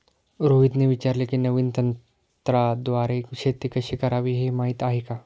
रोहितने विचारले की, नवीन तंत्राद्वारे शेती कशी करावी, हे माहीत आहे का?